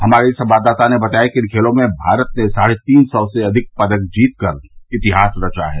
हमारी संवाददाता ने बताया कि इन खेलों में भारत ने साढ़े तीन सौ से अधिक पदक जीतकर इतिहास रचा है